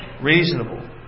reasonable